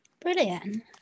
Brilliant